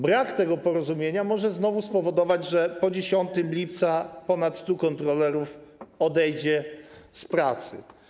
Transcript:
Brak tego porozumienia może znowu spowodować, że po 10 lipca ponad 100 kontrolerów odejdzie z pracy.